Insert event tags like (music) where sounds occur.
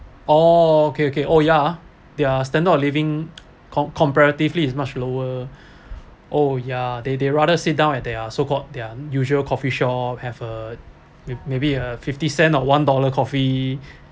oh okay okay oh ya ah their standard of living com~ comparatively is much lower (breath) oh ya they they rather sit down at they are so called at their usual coffee shop have a with maybe a fifty cent or one dollar coffee